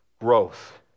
growth